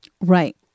right